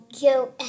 go